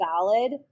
valid